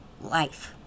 life